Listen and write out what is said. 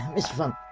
ms funn,